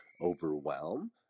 overwhelm